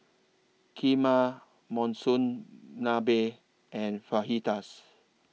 Kheema Monsunabe and Fajitas